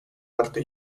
arte